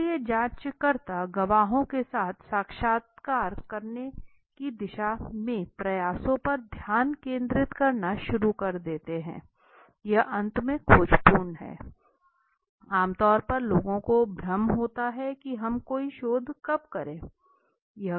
इसलिए जांचकर्ता गवाहों के साथ साक्षात्कार करने की दिशा में प्रयासों पर ध्यान केंद्रित करना शुरू कर देते हैं यह अंत में खोजपूर्ण है आम तौर पर लोगों को भ्रम होता है कि हम कोई शोध कब करें